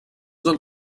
del